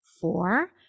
Four